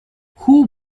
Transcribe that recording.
who